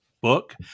book